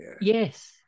Yes